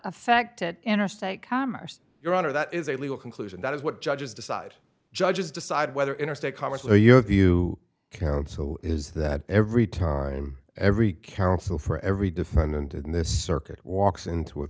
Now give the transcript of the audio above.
affected interstate commerce your honor that is a legal conclusion that is what judges decide judges decide whether interstate commerce or your view counsel is that every time every counsel for every defendant in this circuit walks into a